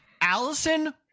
Allison